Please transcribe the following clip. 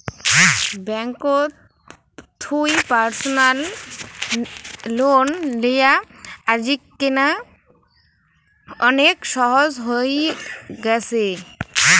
ব্যাঙ্ককোত থুই personal loan লেয়া আজিকেনা অনেক সহজ হই গ্যাছে